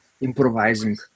improvising